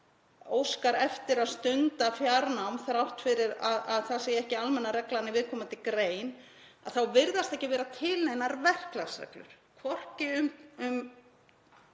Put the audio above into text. óskar eftir því að stunda fjarnám þrátt fyrir að það sé ekki almenna reglan í viðkomandi grein. Um það virðast ekki vera til neinar verklagsreglur, hvorki um